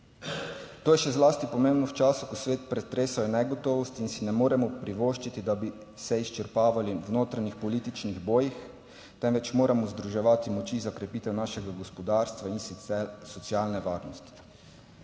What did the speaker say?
To je še zlasti pomembno v času, ko svet pretresajo negotovost in si ne moremo privoščiti, da bi se izčrpavali v notranjih političnih bojih, temveč moramo združevati moči za krepitev našega gospodarstva, in sicer socialne varnosti.